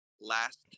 last